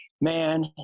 man